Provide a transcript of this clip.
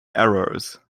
errors